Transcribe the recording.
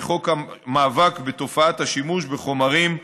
חוק המאבק בתופעת השימוש בחומרים מסוכנים.